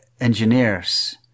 engineers